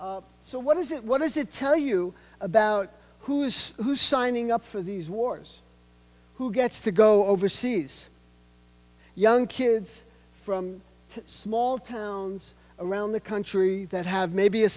so what is it what does it tell you about who is who signing up for these wars who gets to go overseas young kids from small towns around the country that have maybe a